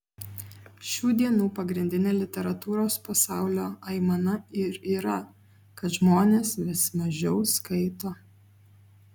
šių dienų pagrindinė literatūros pasaulio aimana ir yra kad žmonės vis mažiau skaito